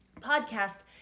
podcast